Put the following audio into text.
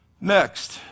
next